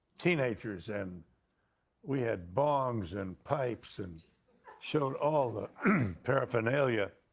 teenagers and we had bongs and pipes and showed all the paraphernalia